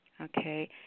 okay